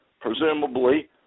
presumably